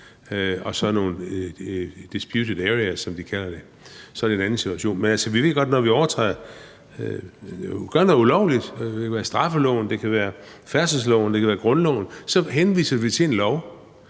og så nogle disputed areas, som vi kalder det, så er det en anden situation. Men, altså, vi ved godt, at når vi gør noget ulovligt, overtræder en lov, det kan være straffeloven, det kan være færdselsloven, det kan være grundloven, så henviser vi til en lov,